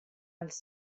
els